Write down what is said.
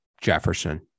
Jefferson